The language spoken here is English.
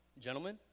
Gentlemen